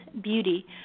beauty